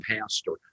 pastor